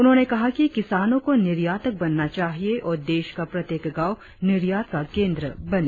उन्होंने कहा कि किसानों को निर्यातक बनना चाहिए और देश का प्रत्येक गांव निर्यात का केंद्र बने